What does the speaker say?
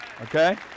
Okay